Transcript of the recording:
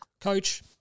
coach